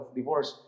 divorce